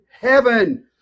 heaven